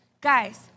guys